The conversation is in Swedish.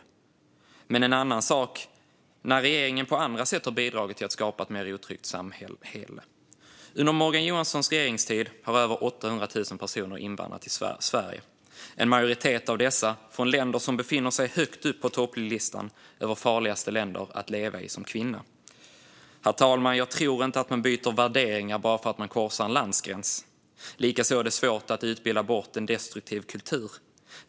Men det är en annan sak att regeringen på andra sätt har bidragit till att skapa ett mer otryggt samhälle. Under Morgan Johanssons regeringstid har över 800 000 personer invandrat till Sverige. En majoritet av dessa har kommit från länder som befinner sig högt på topplistan över de farligaste länderna att leva i som kvinna. Herr talman! Jag tror inte att man byter värderingar bara för att man korsar en landsgräns. Likaså är det svårt att utbilda bort en destruktiv kultur.